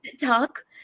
talk